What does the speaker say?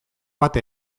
bat